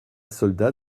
soldat